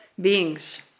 beings